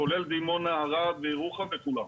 כולל דימונה, ערד, ירוחם וכולם,